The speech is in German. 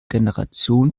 generation